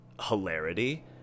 hilarity